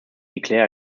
declare